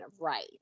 right